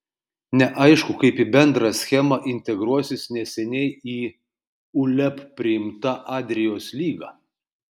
neaišku kaip į bendrą schemą integruosis neseniai į uleb priimta adrijos lyga